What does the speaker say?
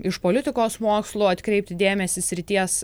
iš politikos mokslų atkreipti dėmesį srities